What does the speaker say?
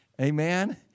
Amen